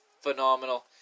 Phenomenal